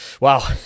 Wow